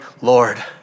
Lord